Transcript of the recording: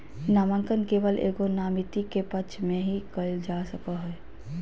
नामांकन केवल एगो नामिती के पक्ष में ही कइल जा सको हइ